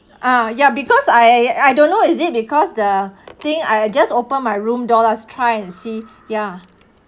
ah ya because I I don't know is it because the thing I just open my room door lah try and see ya